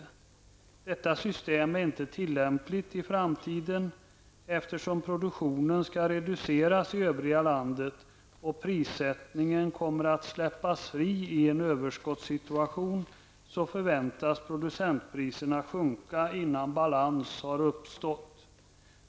Detta system är inte tillämpligt i framtiden. Eftersom produktionen skall reduceras i övriga landet och prissättningen kommer att släppas fri i en överskottssituation förväntas producentpriserna sjunka innan balans uppstår.